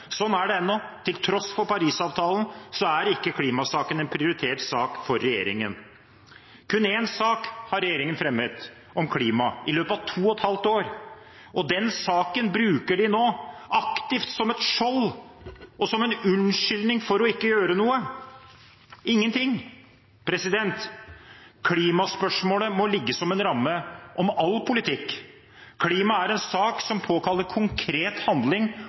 er det ennå. Til tross for Paris-avtalen er ikke klimasaken en prioritert sak for regjeringen. Kun én sak har regjeringen fremmet om klima i løpet av to og et halvt år, og den saken bruker de nå aktivt som et skjold og som en unnskyldning for ikke å gjøre noe – ingenting. Klimaspørsmålet må ligge som en ramme omkring all politikk. Klima er en sak som påkaller konkret handling